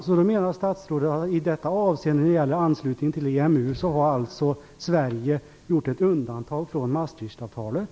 Fru talman! Statsrådet menar alltså att Sverige när det gäller anslutningen till EMU har åstadkommit ett undantag till Maastrichtavtalet?